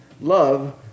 love